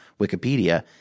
Wikipedia